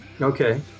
Okay